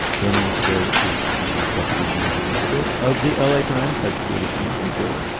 joining me today is the deputy managing editor of the l a. times that's julia turner. hey julia.